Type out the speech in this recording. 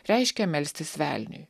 reiškia melstis velniui